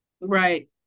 Right